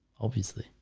obviously,